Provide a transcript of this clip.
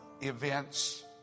events